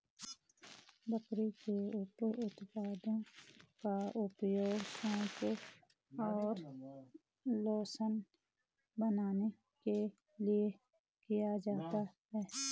बकरी के उप उत्पादों का उपयोग शैंपू और लोशन बनाने के लिए किया जाता है